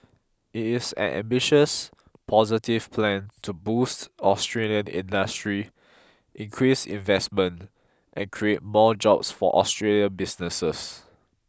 it is an ambitious positive plan to boost Australian industry increase investment and create more jobs for Australian businesses